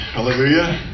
Hallelujah